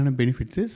benefits